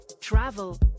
travel